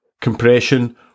compression